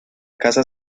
caza